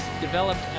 developed